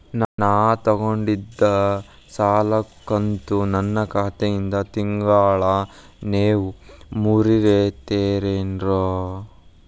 ನಾ ತೊಗೊಂಡಿದ್ದ ಸಾಲದ ಕಂತು ನನ್ನ ಖಾತೆಯಿಂದ ತಿಂಗಳಾ ನೇವ್ ಮುರೇತೇರೇನ್ರೇ?